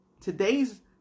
today's